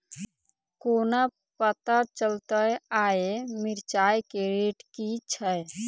कोना पत्ता चलतै आय मिर्चाय केँ रेट की छै?